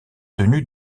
tenue